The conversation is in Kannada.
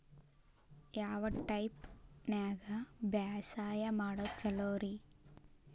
ಯಾವ ಟೈಪ್ ನ್ಯಾಗ ಬ್ಯಾಸಾಯಾ ಮಾಡೊದ್ ಛಲೋರಿ?